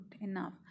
enough